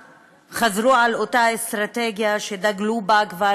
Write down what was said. חזרו על אותה אסטרטגיה שדגלו בה כבר